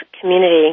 Community